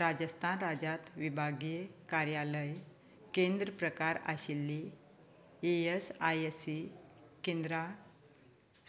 राजस्थान राज्यांत विभागीय कार्यालय केंद्र प्रकार आशिल्लीं ईएसआयसी केंद्रां